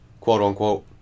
quote-unquote